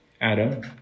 Adam